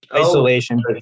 Isolation